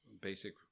basic